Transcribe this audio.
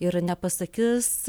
ir nepasakys